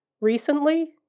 Recently